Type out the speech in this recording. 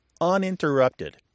uninterrupted